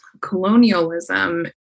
colonialism